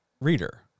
reader